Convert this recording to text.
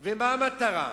מה המטרה?